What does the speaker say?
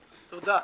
תודה.